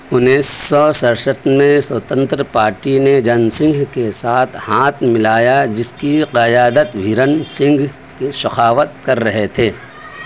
انیس سو سرسٹھ میں سوتنتر پارٹی نے جن سنگھ کے ساتھ ہانتھ ملایا جس کی قیادت بھیرن سنگھ کے شخاوت کر رہے تھے